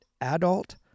adult